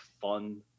fun